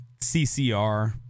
CCR